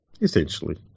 Essentially